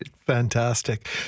Fantastic